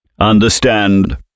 Understand